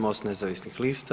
MOST nezavisnih lista.